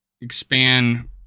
expand